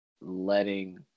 letting